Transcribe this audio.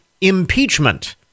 impeachment